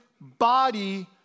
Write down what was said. body